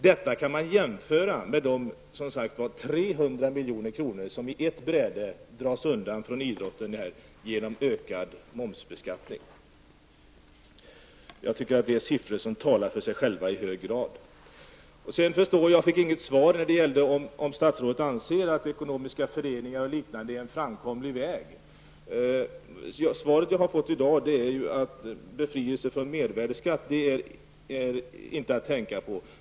Detta kan jämföras med de 300 milj.kr. som på ett bräde tas undan från idrotten genom ökad momsbeskattning. Jag tycker att dessa siffror i hög grad talar för sig själva. Jag fick inget svar på frågan om statsrådet anser att ekonomiska föreningar och liknande är en framkomlig väg. Det svar jag har fått i dag är att befrielse från mervärdeskatt inte är att tänka på.